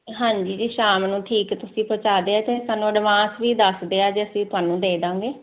ਹਾਂਜੀ ਜੀ ਸ਼ਾਮ ਨੂੰ ਠੀਕ ਤੁਸੀਂ ਪਹੁੰਚਾ ਦਿਆ ਤੇ ਸਾਨੂੰ ਐਡਵਾਂਸ ਵੀ ਦੱਸਦਿਆ ਜੇ ਅਸੀਂ ਤੁਹਾਨੂੰ ਦੇ ਦਾਂਗੇ